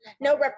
no